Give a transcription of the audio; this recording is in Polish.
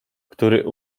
który